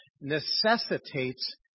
necessitates